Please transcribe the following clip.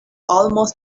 almost